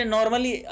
Normally